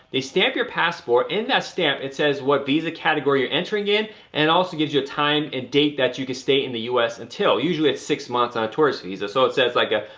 they stamp your passport, in that stamp, it says what visa category you're entering in and it also gives you a time and date that you could stay in the u s. until, usually it's six months on a tourist visa, so it says like a,